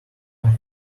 are